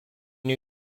new